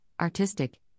artistic